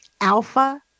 alpha